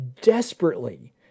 desperately